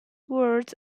words